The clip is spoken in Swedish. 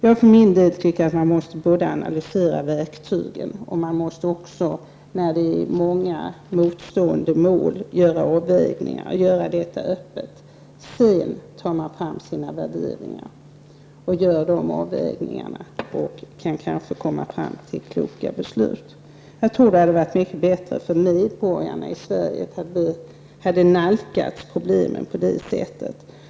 Jag för min del tycker att man måste analysera verktygen. När det finns många motstående mål måste man också göra avvägningar, och göra detta öppet. Sedan tar man fram sina värderingar och gör sina avvägningar och kan då kanske komma fram till kloka beslut. Jag tror att det hade varit mycket bättre för medborgarna i Sverige om vi hade nalkats problemen på det sättet.